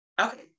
Okay